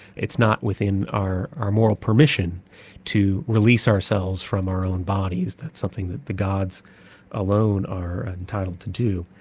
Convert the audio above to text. it's not within our our moral permission to release ourselves from our own bodies, that's something that the gods alone are entitled to do.